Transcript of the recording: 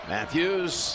Matthews